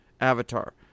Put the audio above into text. Avatar